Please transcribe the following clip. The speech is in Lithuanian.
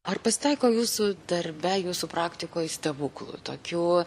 ar pasitaiko jūsų darbe jūsų praktikoj stebuklų tokių